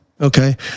Okay